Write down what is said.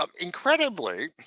Incredibly